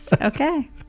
Okay